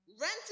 Rent